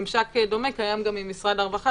ממשק דומה קיים גם עם משרד הרווחה,